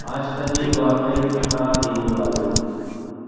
आज का दिन वाकई थका देने वाला है